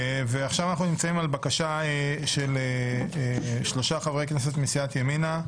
עכשיו אנחנו דנים בבקשה של שלושה חברי כנסת מסיעת ימינה.